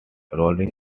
rolling